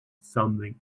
something